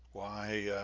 why